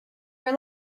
your